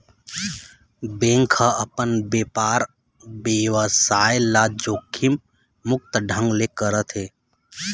bank ह अपन बेपार बेवसाय ल जोखिम मुक्त ढंग ले करथे